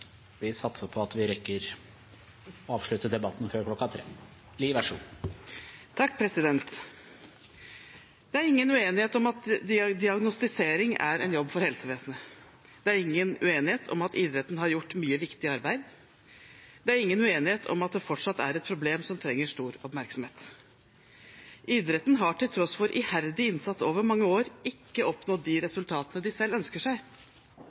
ingen uenighet om at idretten har gjort mye viktig arbeid. Det er ingen uenighet om at det fortsatt er et problem som trenger stor oppmerksomhet. Idretten har til tross for iherdig innsats over mange år ikke oppnådd de resultatene de selv ønsker seg.